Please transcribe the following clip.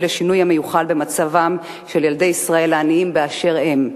לשינוי המיוחל במצבם של ילדי ישראל העניים באשר הם.